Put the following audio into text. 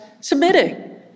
submitting